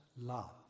love